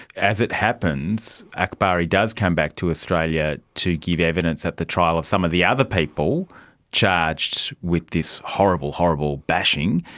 as it happens, aakbari does come back to australia to give evidence at the trial of some of the other people charged with this horrible, horrible bashing,